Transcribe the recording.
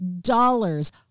dollars